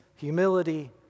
humility